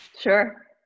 Sure